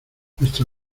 nuestra